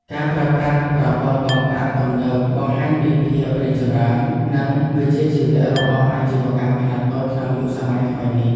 ការប្រើប្រាស់ប្រព័ន្ធបង់ប្រាក់ទំនើបបង្ហាញពីភាពរីកចម្រើន និងវិជ្ជាជីវៈរបស់អាជីវកម្មខ្នាតតូចក្នុងយុគសម័យថ្មីនេះ។